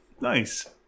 Nice